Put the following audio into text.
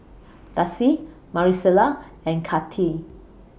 Darci Maricela and Katie